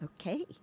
Okay